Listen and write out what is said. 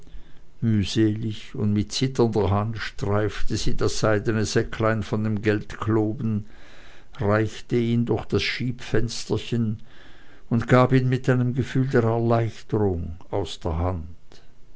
mühselig und mit zitternder hand streifte sie das seidene säcklein von dem geldkloben reichte ihn durch das schiebfensterchen und gab ihn mit einem gefühl der erleichterung aus der hand